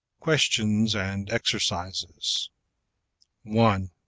questions and exercises one.